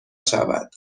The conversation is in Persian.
شود